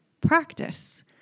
Practice